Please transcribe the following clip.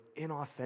inauthentic